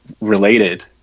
related